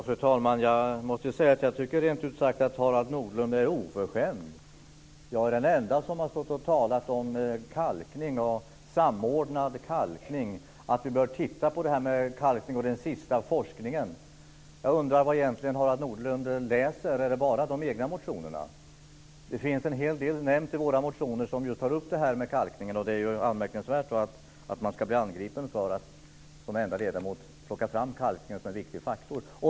Fru talman! Jag måste säga att jag rent ut sagt tycker att Harald Nordlund är oförskämd. Jag är den ende som har stått och talat om kalkning, samordnad kalkning, att vi bör titta på det här med kalkning och den sista forskningen. Jag undrar vad Harald Nordlund läser egentligen. Är det bara de egna motionerna? Det finns en hel del i våra motioner som just tar upp det här med kalkningen. Då är det anmärkningsvärt att man ska bli angripen för att som enda ledamot plocka fram kalkningen som en viktig faktor.